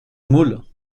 moules